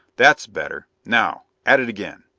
that's better. now at it again!